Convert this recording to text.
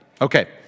Okay